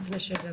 לפני שהגעת.